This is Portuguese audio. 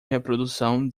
reprodução